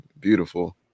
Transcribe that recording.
beautiful